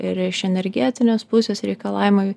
ir iš energetinės pusės reikalavimai